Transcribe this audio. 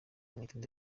mwitende